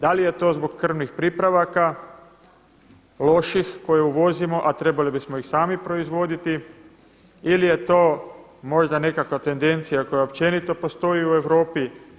Da li je to zbog krvnih pripravaka loših koje uvozimo, a trebali bismo ih sami proizvoditi ili je to možda nekakva tendencija koja općenito postoji u Europi?